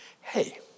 Hey